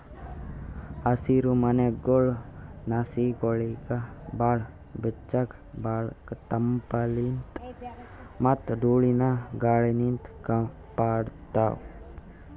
ಹಸಿರಮನೆಗೊಳ್ ಸಸಿಗೊಳಿಗ್ ಭಾಳ್ ಬೆಚ್ಚಗ್ ಭಾಳ್ ತಂಪಲಿನ್ತ್ ಮತ್ತ್ ಧೂಳಿನ ಗಾಳಿನಿಂತ್ ಕಾಪಾಡ್ತಾವ್